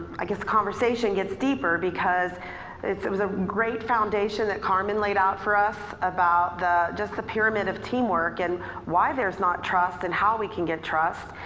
i guess, conversation gets deeper because this was a great foundation that carmen laid out for us about the just the pyramid of teamwork and why there's not trust and how we can get trust.